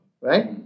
right